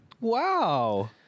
Wow